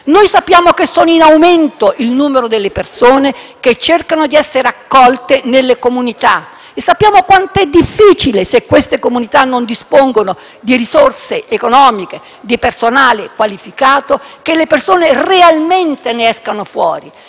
cosa. Sappiamo che è in aumento il numero delle persone che cercano di essere accolte nelle comunità e sappiamo quanto sia difficile, se queste comunità non dispongono di risorse economiche e personale qualificato, che le persone realmente ne escano fuori.